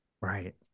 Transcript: Right